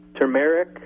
turmeric